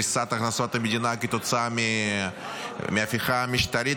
קריסת הכנסות המדינה כתוצאה מההפיכה המשטרית,